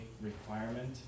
requirement